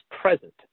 present